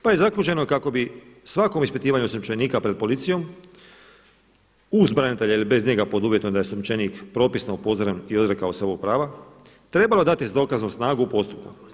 Pa je zaključeno kako bi svakom ispitivanju osumnjičenika pred policijom uz branitelja ili bez njega pod uvjetom da je osumnjičenik propisno upozoren i … trebalo dati dokaznu snagu u postupku.